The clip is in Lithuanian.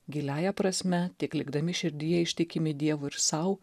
giliąja prasme tik likdami širdyje ištikimi dievui ir sau